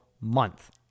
month